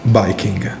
biking